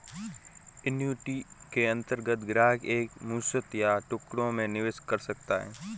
annuity के अंतर्गत ग्राहक एक मुश्त या टुकड़ों में निवेश कर सकता है